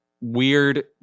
weird